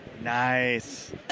Nice